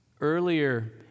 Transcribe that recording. Earlier